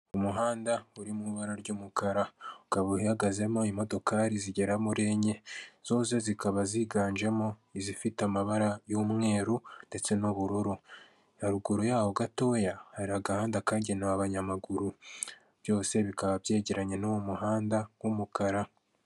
Repubulika y'u Rwanda komisiyo y'igihugu ishinzwe abakozi ba leta, inama nyunguranabitekerezo n'inzego zo mu butegetsi bwite bwa leta, bikorewe i Kigali muri Mata bibiri na makumyabiri na gatatu.